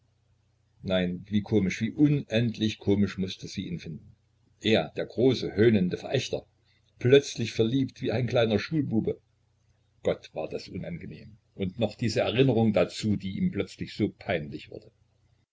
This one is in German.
nein wie komisch wie unendlich komisch mußte sie ihn finden er der große höhnende verächter plötzlich verliebt wie ein kleiner schulbube gott war das unangenehm und noch diese erinnerung dazu die ihm plötzlich so peinlich wurde